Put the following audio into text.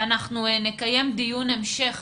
אנחנו נקיים דיון המשך